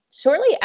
shortly